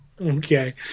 Okay